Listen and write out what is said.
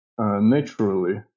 naturally